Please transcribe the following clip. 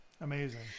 Amazing